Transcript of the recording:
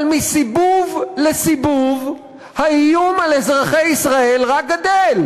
אבל מסיבוב לסיבוב האיום על אזרחי ישראל רק גדל.